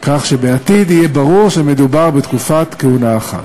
כך שבעתיד יהיה ברור שמדובר בתקופת כהונה אחת.